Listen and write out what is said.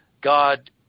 God